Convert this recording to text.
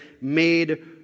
made